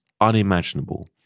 unimaginable